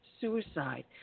suicide